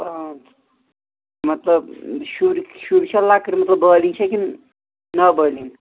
مَطلَب شُرۍ شُرۍ چھَ لَکٹۍ مطلب بالینٛغ چھَ کنہ نا بالینٛغ